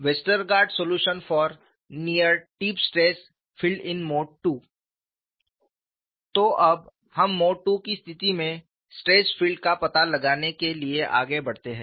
Westergaard solution for near tip stress field in mode II तो अब हम mode II की स्थिति में स्ट्रेस फील्ड का पता लगाने के लिए आगे बढ़ते हैं